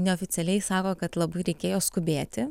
neoficialiai sako kad labai reikėjo skubėti